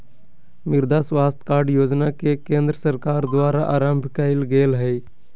मृदा स्वास्थ कार्ड योजना के केंद्र सरकार द्वारा आरंभ कइल गेल हइ